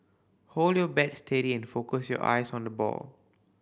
hold your bat steady and focus your eyes on the ball